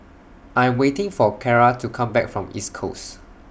I Am waiting For Clara to Come Back from East Coast